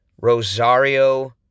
Rosario